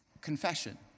confession